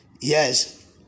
Yes